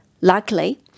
luckily